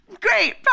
Great